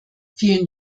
vielen